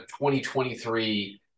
2023